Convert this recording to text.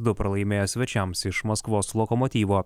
du pralaimėjo svečiams iš maskvos lokomotyvo